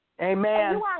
Amen